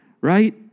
right